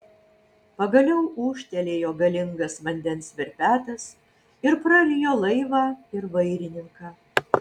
pagaliau ūžtelėjo galingas vandens verpetas ir prarijo laivą ir vairininką